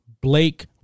Blake